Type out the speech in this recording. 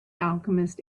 alchemist